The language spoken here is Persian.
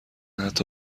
حتی